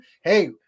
Hey